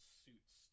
suits